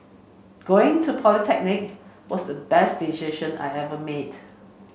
going to polytechnic was the best decision I've ever made